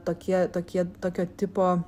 tokie tokie tokio tipo